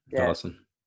Awesome